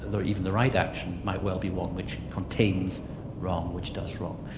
though even the right action, might well be one which contains wrong, which does wrong.